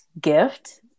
gift